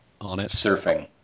surfing